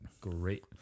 great